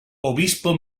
obispo